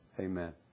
Amen